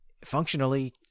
functionally